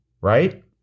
right